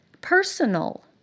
personal